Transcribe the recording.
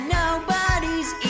nobody's